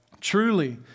Truly